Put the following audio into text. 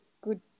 good